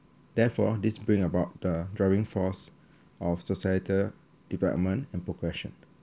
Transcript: therefore this bring about the driving force of societal development and progression